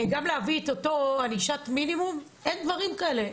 גם להביא את אותה ענישת מינימום, אין דברים כאלה.